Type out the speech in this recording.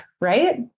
right